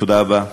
תודה רבה לכולם.